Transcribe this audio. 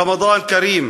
רמדאן כרים.